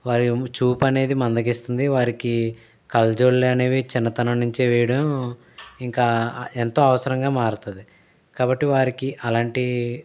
వారి చూపు అనేది మందగిస్తుంది వారికి కళ్ళజోళ్ళు అనేవి చిన్నతనం నుంచే వెయ్యడం ఇంకా ఎంతో అవసరంగా మారుతుంది కాబట్టి వారికి అలాంటి